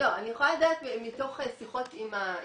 אני יכולה לדעת מתוך שיחות עם הצוותים.